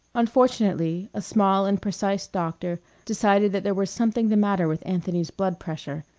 unfortunately, a small and precise doctor decided that there was something the matter with anthony's blood-pressure.